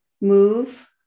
move